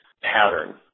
pattern